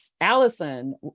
allison